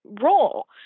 role